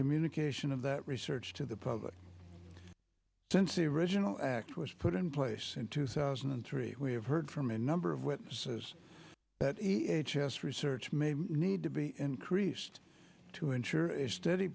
communication of that research to the public to n c original act was put in place in two thousand and three we have heard from a number of witnesses as a chess research may need to be increased to ensure a steady